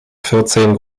vierzehn